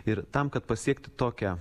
ir tam kad pasiekti tokią